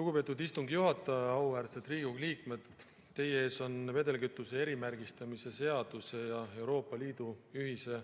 Lugupeetud istungi juhataja! Auväärsed Riigikogu liikmed! Teie ees on vedelkütuse erimärgistamise seaduse ja Euroopa Liidu ühise